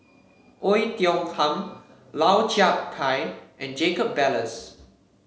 Oei Tiong Ham Lau Chiap Khai and Jacob Ballas